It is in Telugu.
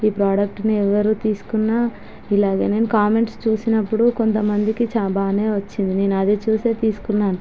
ఈ ప్రోడక్టును ఎవరు తీసుకున్న ఇలాగే నేను కామెంట్స్ చూసినప్పుడు కొంతమందికి బాగానే వచ్చింది నేను అది చూసే తీసుకున్నాను